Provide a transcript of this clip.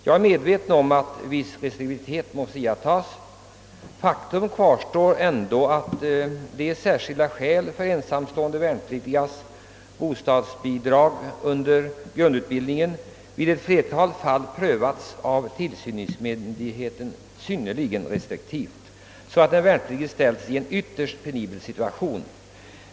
Jag är medveten om att viss restriktivitet måste iakttagas. Faktum kvarstår ändå att åberopade särskilda skäl för ensamstående värnpliktigas bostadsbidrag under grundutbildningen i ett flertal fall av tillsynsmyndigheten prövats synnerligen restriktivt, så att den värnpliktige ställts i en ytterst penibel situation.